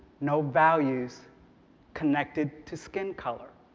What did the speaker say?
no values connected to skin color.